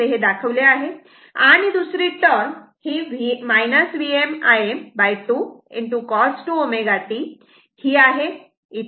असे हे दाखवले आहे आणि दुसरी term Vm Im2 cos 2 ω t ही आहे इथे डबल फ्रिक्वेन्सी आहे